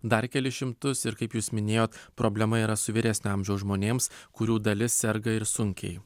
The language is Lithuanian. dar kelis šimtus ir kaip jūs minėjot problema yra su vyresnio amžiaus žmonėms kurių dalis serga ir sunkiai